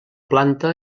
planta